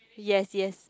yes yes